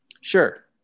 Sure